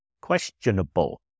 questionable